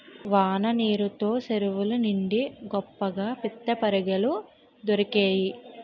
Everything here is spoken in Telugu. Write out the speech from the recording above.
వాన నీరు తో సెరువు నిండి గొప్పగా పిత్తపరిగెలు దొరికేయి